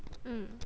mm